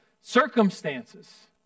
circumstances